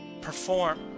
perform